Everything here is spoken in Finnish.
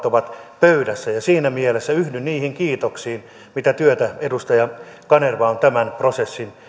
ovat pöydässä ja siinä mielessä yhdyn niihin kiitoksiin sen suhteen mitä työtä edustaja kanerva on tämän prosessin